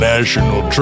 National